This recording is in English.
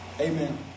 Amen